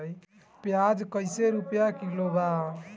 प्याज कइसे रुपया किलो बा?